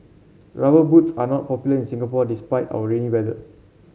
rubber boots are not popular in Singapore despite our rainy weather